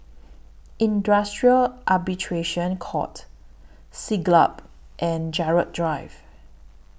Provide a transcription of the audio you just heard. Industrial Arbitration Court Siglap and Gerald Drive